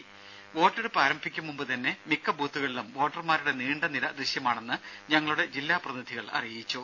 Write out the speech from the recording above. രും വോട്ടെടുപ്പ് ആരംഭിക്കും മുമ്പ് തന്നെ മിക്ക ബൂത്തുകളിലും വോട്ടർമാരുടെ നീണ്ട നിര ദൃശ്യമാണെന്ന് ഞങ്ങളുടെ ജില്ലാപ്രതിനിധികൾ അറിയിച്ചു